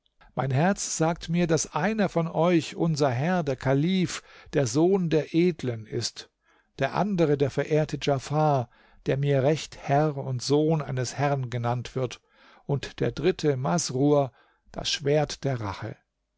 mein herz sagt mir daß einer von euch unser herr der kalif der sohn der edlen ist der andere der verehrte djafar der mit recht herr und sohn eines herrn genannt wird und der dritte masrur das schwert der rache